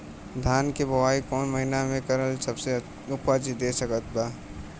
धान के बुआई कौन महीना मे करल सबसे अच्छा उपज दे सकत बा?